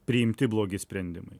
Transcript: priimti blogi sprendimai